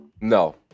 no